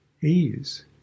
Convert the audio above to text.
ease